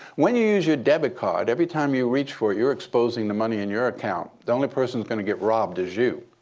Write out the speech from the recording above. when you use your debit card, every time you reach for it, you're exposing the money in your account. the only person who's going to get robbed is you.